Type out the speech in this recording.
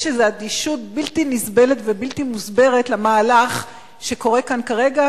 יש איזו אדישות בלתי נסבלת ובלתי מוסברת למהלך שקורה כאן כרגע,